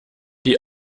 die